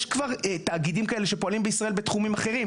יש כבר תאגידים כאלה שפועלים בישראל בתחומים אחרים,